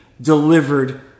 delivered